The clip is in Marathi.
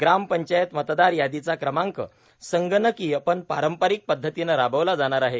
ग्रामपंचायत मतदार यादीचा कार्यक्रम संगणकीय पण पारंपारिक पद्वतीनं राबवला जाणार आहे